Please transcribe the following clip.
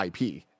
IP